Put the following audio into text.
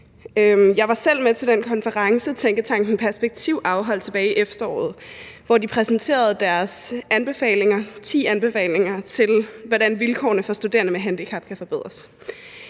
Jeg var selv med til den konference, som Tænketanken Perspektiv afholdt tilbage i efteråret, hvor de præsenterede deres ti anbefalinger til, hvordan vilkårene for studerende med handicap kan forbedres.